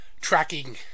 tracking